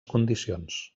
condicions